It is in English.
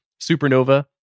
Supernova